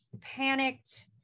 panicked